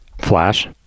flash